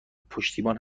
پشتیبان